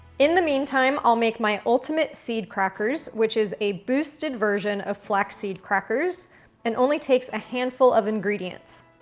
in the meantime, i'll make my ultimate seed crackers, which is a boosted version of flaxseed crackers and only takes a handful of ingredients.